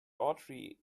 autry